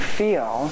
feel